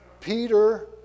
Peter